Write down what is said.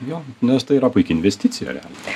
jo nes tai yra puiki investicija realiai